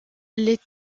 les